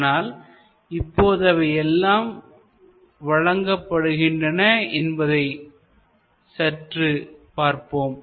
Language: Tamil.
ஆனால் இப்போது அவை எவ்வாறு வழங்கப்படுகின்றன என்பதை சற்று பார்ப்போம்